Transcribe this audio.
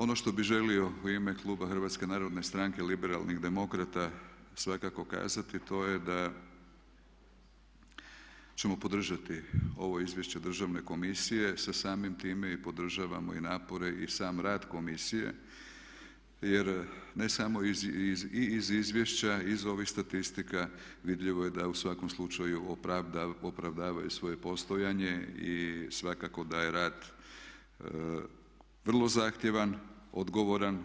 Ono što bi želio u ime kluba Hrvatske narodne stranke liberalnih demokrata svakako kazati to je da ćemo podržati ovo izvješće Državne komisije sa samim time i podržavamo i napore i sam rad komisije jer ne samo i iz izvješća, iz ovih statistika vidljivo je da u svakom slučaju opravdavaju svoje postojanje i svakako da je rad vrlo zahtjevan, odgovoran